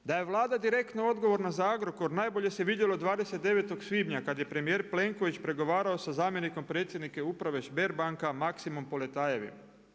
Da je Vlada direktno odgovorna za Agrokor najbolje se vidjelo 29. svibnja kada je premijer Plenković pregovarao sa zamjenikom predsjednika Uprave Sberbank Maksimom Poletajevim.